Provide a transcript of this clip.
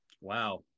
Wow